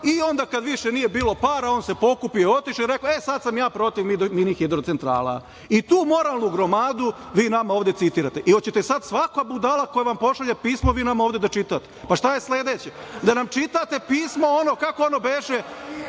dao i kada više nije bilo para, on se pokupio i otišao i rekao, e sada sam ja protiv mini hidrocentrala. I tu moralnu gromadu vi nama ovde citirate i hoćete svaka budala koja vam pošalje pismo, vi nama ovde da čitate. Šta je sledeće, da nam čitate pismo, kako ono beše